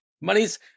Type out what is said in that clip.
Money's